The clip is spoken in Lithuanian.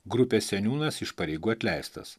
grupės seniūnas iš pareigų atleistas